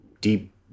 deep